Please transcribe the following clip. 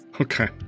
okay